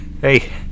hey